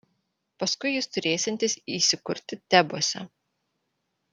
paskui jis turėsiantis įsikurti tebuose